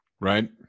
Right